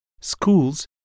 Schools